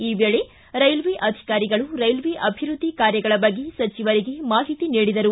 ಈ ವೇಳೆ ರೈಲ್ವೆ ಅಧಿಕಾರಿಗಳು ರೈಲ್ವೆ ಅಭಿವೃದ್ಧಿ ಕಾರ್ಯಗಳ ಬಗ್ಗೆ ಸಚಿವರಿಗೆ ಮಾಹಿತಿ ನೀಡಿದರು